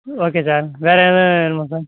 okay sir வேறு ஏதுவும் வேணுமா சார்